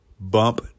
Bump